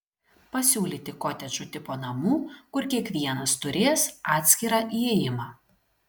pasiūlyti kotedžų tipo namų kur kiekvienas turės atskirą įėjimą